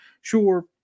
sure